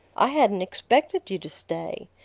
i hadn't expected you to stay.